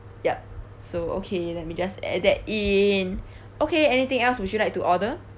yup so okay let me just add that in okay anything else would you like to order